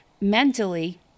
mentally